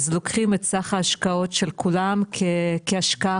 אז לוקחים את סך ההשקעות של כולם כהשקעה